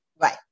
Right